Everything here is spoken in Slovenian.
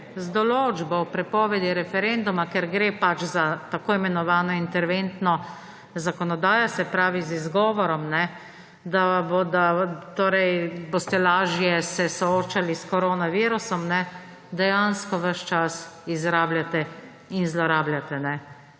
z določbo o prepovedi referenduma, ker gre pač za tako imenovano interventno zakonodajo, se pravi z izgovorom, da se boste lažje soočali s koronavirusom, dejansko ves čas izrablja in zlorablja